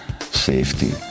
safety